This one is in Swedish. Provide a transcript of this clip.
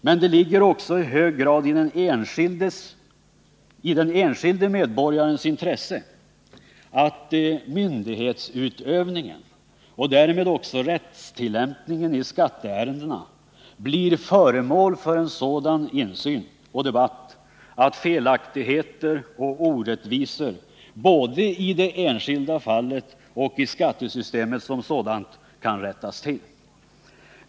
Men det ligger också i hög grad i den enskilde medborgarens intresse att myndighetsutövningen och därmed också rättstillämpningen i skatteärendena blir föremål för sådan insyn och debatt att felaktigheter och orättvisor både i det enskilda fallet och i skattesystemet som sådant kan rättas till.